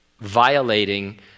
violating